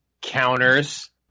Counters